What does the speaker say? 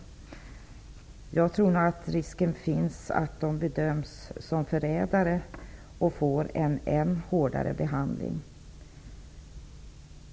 Jag tror att risk finns att de bedöms som förrädare och får en än hårdare behandling.